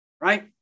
right